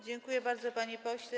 Dziękuję bardzo, panie pośle.